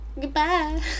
Goodbye